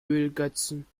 ölgötzen